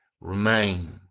remain